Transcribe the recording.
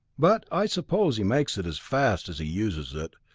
but i suppose he makes it as fast as he uses it,